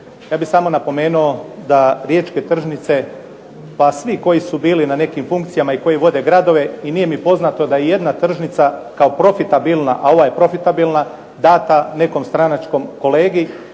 Ja bih samo napomenuo da Riječke tržnice pa svi koji su bili na nekim funkcijama i koji vode gradove i nije mi poznato da ijedna tržnica kao profitabilna, a ova je profitabilna data nekom stranačkom kolegi